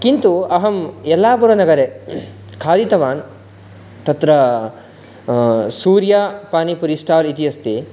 किन्तु अहं यल्लापुरनगरे खादितवान् तत्र सूर्यापानिपुरी स्टाल् इति अस्ति